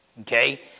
Okay